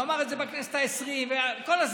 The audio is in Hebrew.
הוא אמר את זה בכנסת העשרים כל הזמן.